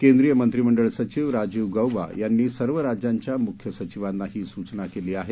केंद्रीय मंत्रीमंडळ सचिव राजीव गौबा यांनी सर्व राज्यांच्या मुख्य सचिवांना ही सुचना केली आहे